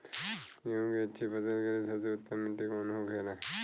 गेहूँ की अच्छी फसल के लिए सबसे उत्तम मिट्टी कौन होखे ला?